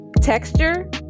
Texture